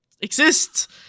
exist